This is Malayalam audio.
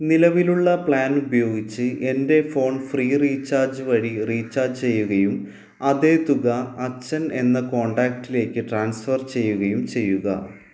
നിലവിലുള്ള പ്ലാൻ ഉപയോഗിച്ച് എൻ്റെ ഫോൺ ഫ്രീ റീചാർജ് വഴി റീചാർജ് ചെയ്യുകയും അതേ തുക അച്ഛൻ എന്ന കോൺടാക്റ്റിലേക്ക് ട്രാൻസ്ഫർ ചെയ്യുകയും ചെയ്യുക